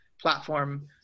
platform